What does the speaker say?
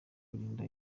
kurinda